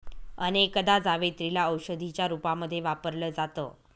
अनेकदा जावेत्री ला औषधीच्या रूपामध्ये वापरल जात